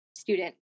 student